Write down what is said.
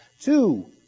Two